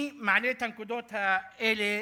אני מעלה את הנקודות האלה